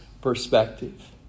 perspective